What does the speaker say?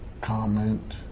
comment